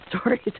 stories